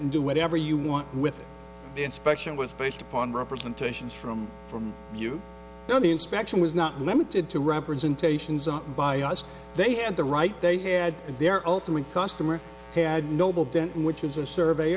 and do whatever you want with the inspection was based upon representations from from you know the inspection was not limited to representation by us they had the right they had and their ultimate customer had noble denton which is a survey